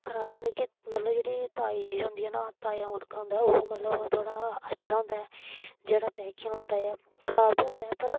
खराब एह् होंदा कि मतलब जेह्ड़ी ताजी चीज होंदी ऐ ना ताजा मुर्गा होंदा ऐ ओह् मतलब थोह्ड़ा अच्छा होंदा ऐ जेह्ड़ा पैंकिंग आह्ला होंदा ऐ खराब बी होंदा ऐ पर